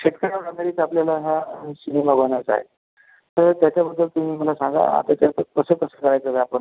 शेतकऱ्यावर आधारित आपल्याला हा सिनेमा बनायचा आहे तर त्याच्याबद्दल तुम्ही मला सांगा आता त्याचं कसं कसं करायचं हे आपण